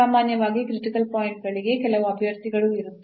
ಸಾಮಾನ್ಯವಾಗಿ critical point ಗಳಿಗೆ ಕೆಲವು ಅಭ್ಯರ್ಥಿಗಳು ಇರುತ್ತವೆ